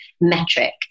metric